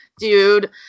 dude